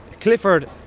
Clifford